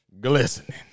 glistening